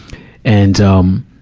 and, um,